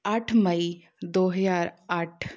ਅੱਠ ਮਈ ਦੋ ਹਜ਼ਾਰ ਅੱਠ